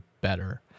better